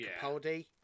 Capaldi